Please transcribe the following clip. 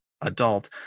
adult